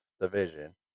division